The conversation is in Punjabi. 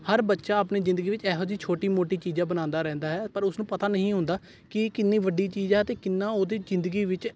ਹਰ ਬੱਚਾ ਆਪਣੀ ਜ਼ਿੰਦਗੀ ਵਿੱਚ ਇਹੋ ਜਿਹੀ ਛੋਟੀ ਮੋਟੀ ਚੀਜ਼ਾਂ ਬਣਾਉਂਦਾ ਰਹਿੰਦਾ ਹੈ ਪਰ ਉਸ ਨੂੰ ਪਤਾ ਨਹੀਂ ਹੁੰਦਾ ਕਿ ਕਿੰਨੀ ਵੱਡੀ ਚੀਜ਼ ਆ ਅਤੇ ਕਿੰਨਾ ਉਹਦੀ ਜ਼ਿੰਦਗੀ ਵਿੱਚ